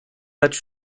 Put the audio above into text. dać